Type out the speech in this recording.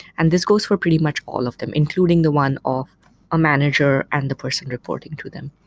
and this goes for pretty much all of them, including the one of a manager and the person reporting to them.